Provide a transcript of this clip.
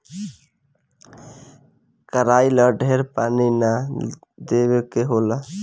कराई ला ढेर पानी ना देवे के होला